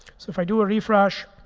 so if i do a refresh,